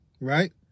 right